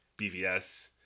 bvs